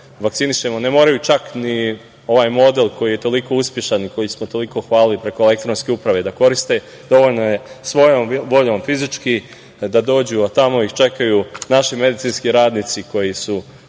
ne moraju čak ni ovaj model koji je toliko uspešan, koji smo toliko hvalili preko e-uprave da koriste, već je dovoljno svojom voljom, fizički da dođu, a tamo ih čekaju naši medicinski radnici koji su